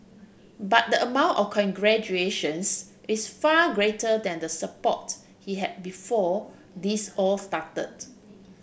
but the amount of congratulations is far greater than the support he had before this all started